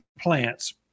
plants